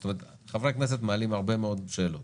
חברי הכנסת מעלים הרבה מאוד שאלות